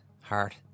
heart